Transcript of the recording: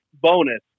bonus